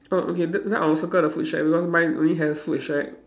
oh okay then then I'll circle the food shack because mine only has food shack